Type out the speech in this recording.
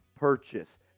Purchase